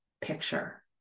picture